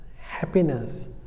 happiness